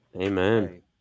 Amen